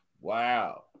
Wow